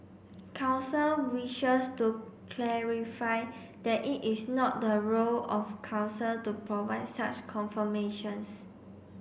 council wishes to clarify that it is not the role of Council to provide such confirmations